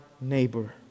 neighbor